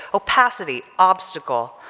opacity, obstacle,